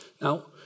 Now